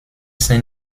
saint